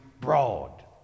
broad